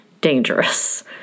dangerous